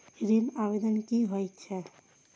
ऋण आवेदन की होय छै?